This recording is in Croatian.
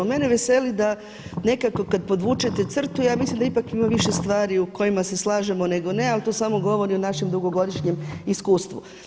Mene veseli da nekako kada podvučete crtu, ja mislim da ipak ima više stvari u kojima se slažemo nego ne, ali to samo govori o našem dugogodišnjem iskustvu.